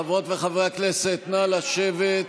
חברות וחברי הכנסת, נא לשבת.